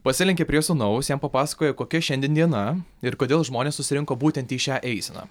pasilenkė prie sūnaus jam papasakojo kokia šiandien diena ir kodėl žmonės susirinko būtent į šią eiseną